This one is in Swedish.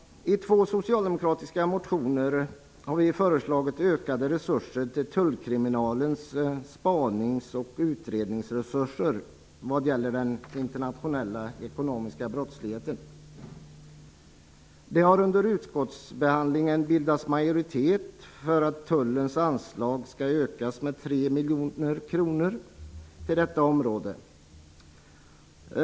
I två socialdemokratiska motioner har vi föreslagit ökade resurser till tullkriminalens spanings och utredningsresurser när det gäller den internationella ekonomiska brottsligheten. Det har under utskottsbehandlingen bildats majoritet för att tullens anslag till detta område skall ökas med 3 miljoner kronor.